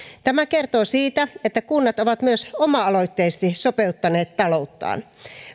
tämä kertoo siitä että kunnat ovat myös oma aloitteisesti sopeuttaneet talouttaan